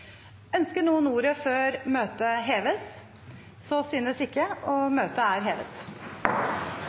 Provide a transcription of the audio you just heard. Ønsker noen ordet før møtet heves? – Møtet er hevet.